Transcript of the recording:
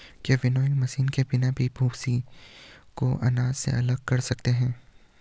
क्या winnowing machine के बिना भी भूसी को अनाज से अलग कर सकते हैं?